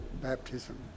baptism